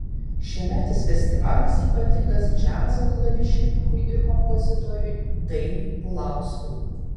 šiemetis festivalis ypatingas džiazo klavišininkui ir kompozitoriui dainiui pulauskui